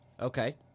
Okay